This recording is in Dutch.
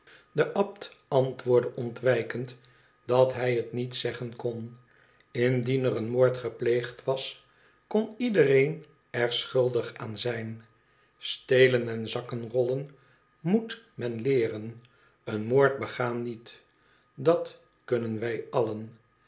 de abt antwoordde ontwijkend dat hij het niet zeggen kon indien er een moord gepleegd was kon iedereen er schuldig aan zijn stelen en zakkenrollen moet men leeren een moord begaan niet dat kunnen wij allen